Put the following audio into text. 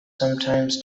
sometimes